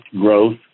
growth